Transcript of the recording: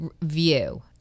view